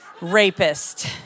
rapist